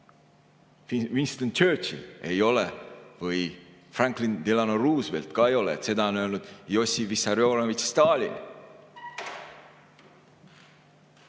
Winston Churchill ei ole, Franklin Delano Roosevelt ka ei ole, seda on öelnud Jossif Vissarionovitš Stalin.